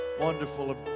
wonderful